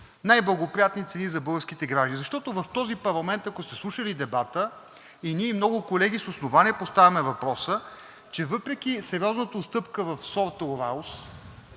най-благоприятни цени за българските граждани, защото в този парламент, ако сте слушали дебата и ние – много колеги, с основание поставяме въпроса, че въпреки сериозната отстъпка в сорт Urals,